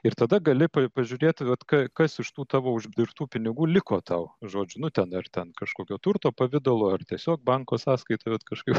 ir tada gali pa pažiūrėt vat ka kas iš tų tavo uždirbtų pinigų liko tau žodžiu nu ten dar ten kažkokio turto pavidalu ar tiesiog banko sąskaita vat kažkaip